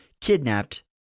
kidnapped